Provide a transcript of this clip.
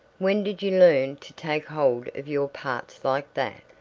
when did you learn to take hold of your parts like that?